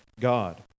God